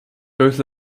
both